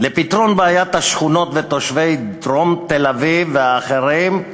פתרון בעיית תושבי שכונות דרום תל-אביב והאחרים,